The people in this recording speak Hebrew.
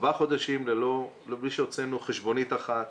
ארבעה חודשים בלי שהוצאנו חשבונית אחת.